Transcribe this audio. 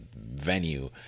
venue